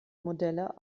modelle